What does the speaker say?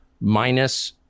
minus